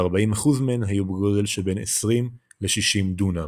ו-40% מהן היו בגודל שבין 20 ל-60 דונם.